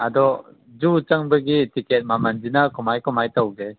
ꯑꯗꯣ ꯖꯨ ꯆꯪꯕꯒꯤ ꯇꯤꯀꯦꯠ ꯃꯃꯟꯁꯤꯅ ꯀꯃꯥꯏ ꯀꯃꯥꯏ ꯇꯧꯒꯦ